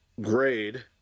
grade